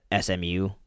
SMU